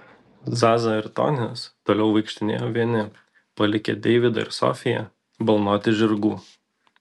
zaza ir tonis toliau vaikštinėjo vieni palikę deividą ir sofiją balnoti žirgų